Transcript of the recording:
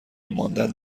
ماندن